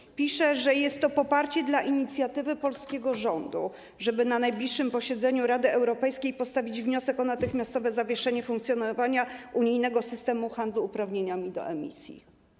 Jest napisane, że jest to poparcie dla inicjatywy polskiego rządu, żeby na najbliższym posiedzeniu Rady Europejskiej postawić wniosek o natychmiastowe zawieszenie funkcjonowania unijnego systemu handlu uprawnieniami do emisji.